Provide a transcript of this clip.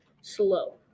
slow